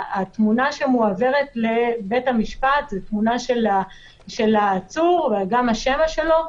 התמונה שמועברת לבית המשפט זו תמונה של העצור וגם השמע שלו.